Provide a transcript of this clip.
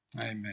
amen